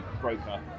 broker